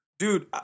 Dude